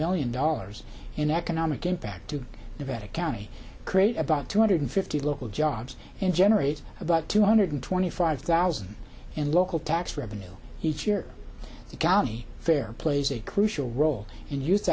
million dollars in economic impact to the vet a county create about two hundred fifty local jobs and generates about two hundred twenty five thousand in local tax revenue each year the county fair plays a crucial role in youth